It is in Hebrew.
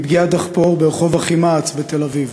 מפגיעת דחפור ברחוב אחימעץ בתל-אביב.